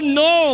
no